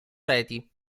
reti